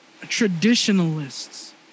traditionalists